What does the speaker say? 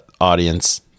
audience